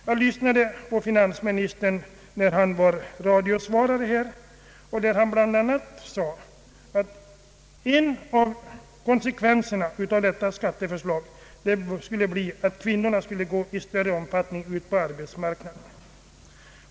Jag lyssnade på finansministern då han var radiosvarare. Han sade då bl.a. att en av konsekvenserna av detta skatteförslag skulle bli att kvinnorna i större omfattning skulle gå ut på arbetsmarknaden.